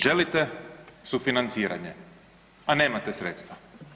Želite sufinanciranje, a nemate sredstva.